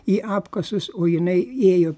į apkasus o jinai ėjo